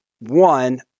One